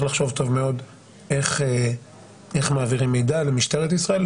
לחשוב טוב מאוד איך מעבירים מידע למשטרת ישראל,